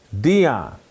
Dion